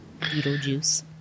Beetlejuice